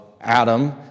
Adam